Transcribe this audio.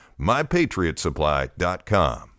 MyPatriotSupply.com